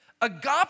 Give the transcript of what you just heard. Agape